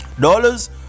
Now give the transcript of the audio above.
dollars